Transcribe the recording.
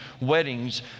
weddings